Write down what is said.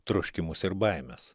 troškimus ir baimes